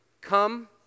come